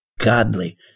Godly